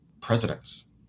presidents